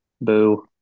Boo